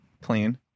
clean